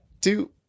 two